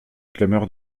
clameurs